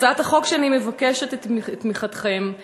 הצעת החוק שאני מבקשת את תמיכתכם בה